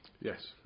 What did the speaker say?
Yes